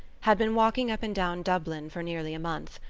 had been walking up and down dublin for nearly a month,